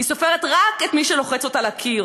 היא סופרת רק את מי שלוחץ אותה לקיר,